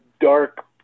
dark